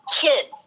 kids